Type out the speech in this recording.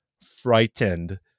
frightened